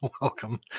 welcome